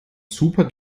super